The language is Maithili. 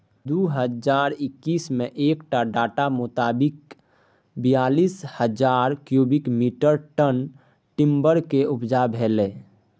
दु हजार एक्कैस मे एक डाटा मोताबिक बीयालीस हजार क्युबिक मीटर टन टिंबरक उपजा भेलै